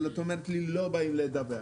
אבל את אומרת לי לא באים לדבר.